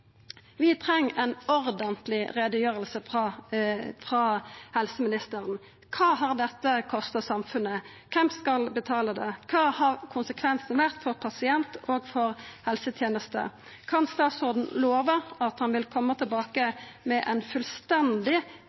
Vi treng ei ordentleg utgreiing frå helseministeren. Kva har dette kosta samfunnet? Kven skal betala det? Kva har konsekvensen vore for pasient og for helseteneste? Kan statsråden lova at han vil koma tilbake med ei fullstendig utgreiing for Stortinget – ein fullstendig